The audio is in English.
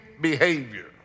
behavior